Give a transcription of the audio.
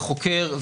החוקר,